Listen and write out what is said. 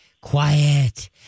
Quiet